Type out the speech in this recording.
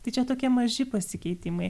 tai čia tokie maži pasikeitimai